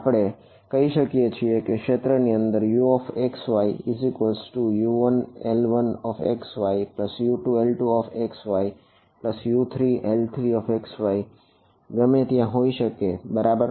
આપણે કહી શકીએ કે તે ક્ષેત્રની અંદર UxyU1L1xyU2L2xyU3L3xy ગમે ત્યાં હોઈ શકે બરાબર